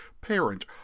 parent